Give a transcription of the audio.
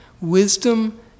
Wisdom